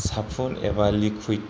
साफुन एबा लिकुइद